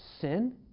sin